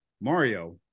Mario